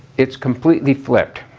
it's completely flipped.